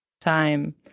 time